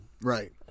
Right